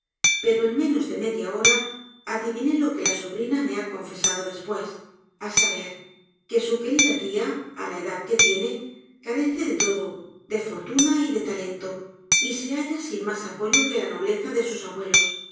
pero en menos dé media hora adiviné lo qué la sobrina me ha confesado después saber que su querida ti la edad qué tierié carece de lodo de fortuna y dé talnto y se halla sin más apoyo que la nobleza de sus abuelos